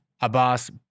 Abbas